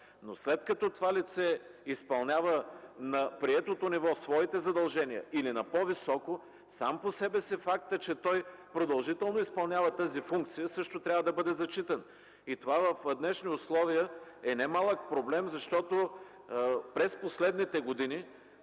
Но след като това лице изпълнява на приетото ниво своите задължения, или на по-високо, сам по себе си фактът, че той продължително изпълнява тази функция, също трябва да бъде зачитан. В днешните условия е немалък проблем, защото през последните години